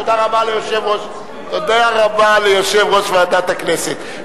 תודה רבה ליושב-ראש ועדת הכנסת,